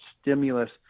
stimulus